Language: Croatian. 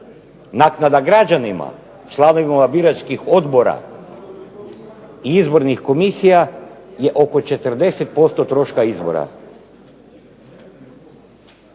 Naknada građanima, članovima biračkih odbora i izbornih komisija je oko 40% troška izbora.